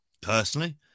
personally